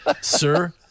Sir